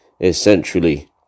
essentially